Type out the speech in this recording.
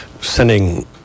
sending